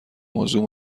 موضوع